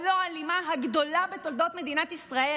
הלא-אלימה הגדולה בתולדות מדינת ישראל.